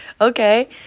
Okay